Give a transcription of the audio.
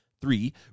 three